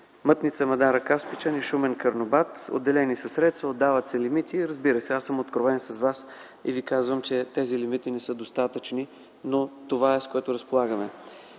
Мътница-Мадара-Каспичан и Шумен-Карнобат. Отделени са средства, отдават се лимити. Разбира се, аз съм откровен с вас и ви казвам, че лимитите не са достатъчни. Но това е, с което разполагаме.